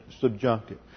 subjunctive